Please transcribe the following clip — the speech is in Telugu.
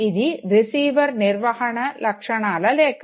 ఇది రిసీవర్ నిర్వహణ లక్షణాల రేఖ